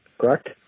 correct